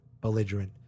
belligerent